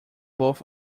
both